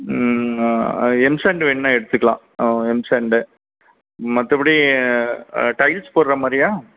M sand வேணும்னா எடுத்துக்கலாம் M sand மற்றபடி டைல்ஸ் போடுற மாதிரியா